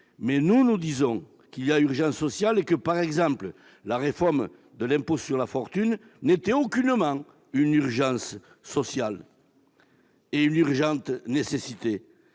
Nous, nous disons qu'il y a une urgence sociale et que, par exemple, la réforme de l'impôt de solidarité sur la fortune n'était aucunement une urgence sociale ou une nécessité